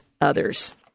others